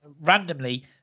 randomly